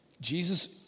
Jesus